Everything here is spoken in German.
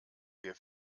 wir